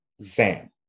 Sam